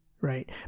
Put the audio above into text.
right